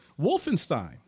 Wolfenstein